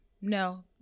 no